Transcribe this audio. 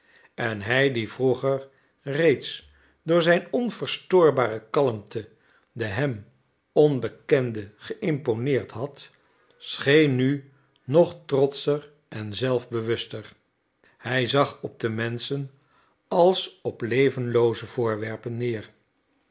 en hij die vroeger reeds door zijn onverstoorbare kalmte de hem onbekenden geïmponeerd had scheen nu nog trotscher en zelfbewuster hij zag op de menschen als op levenlooze voorwerpen neer